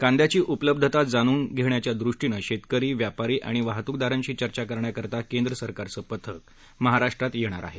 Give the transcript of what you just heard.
कांद्याची उपलब्धता जाणून घेण्याच्या दृष्टीनं शेतकरी व्यापारी आणि वाहतूकदारांशी चर्चा करण्याकरता केंद्रसरकारचं पथक महाराष्ट्रात येणार आहे